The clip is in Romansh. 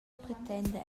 pretenda